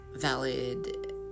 valid